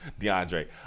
DeAndre